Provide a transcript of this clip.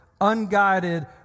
unguided